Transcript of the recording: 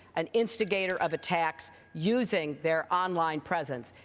an instigator of attacks using their online presence.